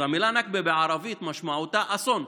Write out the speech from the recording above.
המילה "נכבה" בערבית משמעותה "אסון",